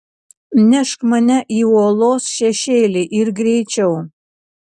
nešk mane į uolos šešėlį ir greičiau